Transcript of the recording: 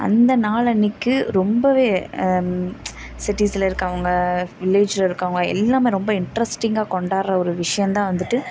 அந்த நாள்ளன்னிக்கு ரொம்பவே சிட்டிஸ்சில் இருக்கவங்க வில்லேஜ்சில் இருக்கவங்க எல்லாமே ரொம்ப இண்ட்ரெஸ்ட்டிங்காக கொண்டாடுற ஒரு விஷயம் தான் வந்துட்டு